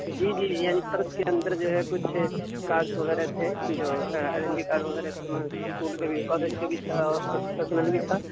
جی جی یعنی پرس کے اندر جو ہے کچھ کارڈس وغیرہ تھے جو ایڈنٹی کارڈ وغیرہ تھے ما اسکول کے بھی کالج کے بھی تھا اور کچھ پرسنل بھی تھا